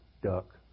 duck